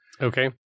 Okay